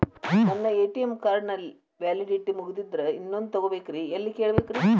ನನ್ನ ATM card ನ validity ಮುಗದದ್ರಿ ಇನ್ನೊಂದು ತೊಗೊಬೇಕ್ರಿ ಎಲ್ಲಿ ಕೇಳಬೇಕ್ರಿ?